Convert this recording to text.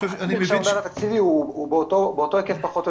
האומדן התקציבי הוא באותו היקף פחות או